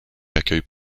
accueille